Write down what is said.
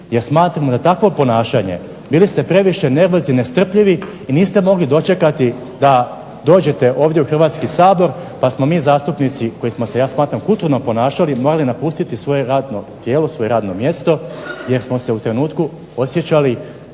jer smatramo da takvo ponašanje, bili ste previše nervozni, nestrpljivi i niste mogli dočekati da dođete ovdje u Hrvatski sabor pa smo mi zastupnici koji smo se ja smatram kulturno ponašali morali napustiti svoje radno tijelo, svoje radno mjesto, jer smo se u trenutku osjećali